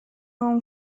اون